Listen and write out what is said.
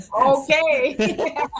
Okay